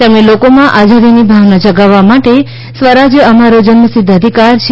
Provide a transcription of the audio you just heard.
તેમણે લોકોમાં આઝાદીની ભાવના જગાવવા માટે સ્વરાજ અમારો જન્મસિધ્ધ અધિકાર છે